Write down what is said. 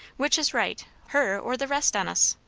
which is right, her or the rest on us.